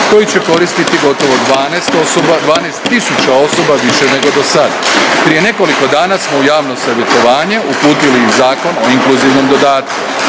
koji će koristiti gotovo 12 tisuća osoba više nego dosad. Prije nekoliko dana smo u javno savjetovanje uputili i Zakon o inkluzivnom dodatku.